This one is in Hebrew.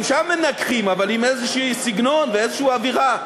גם שם מנגחים, אבל עם איזה סגנון ואיזו אווירה.